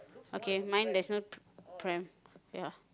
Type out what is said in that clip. okay mine there's no pram ya